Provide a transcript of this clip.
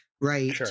Right